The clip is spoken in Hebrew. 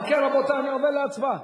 אם כן, רבותי, אני עובר להצבעה.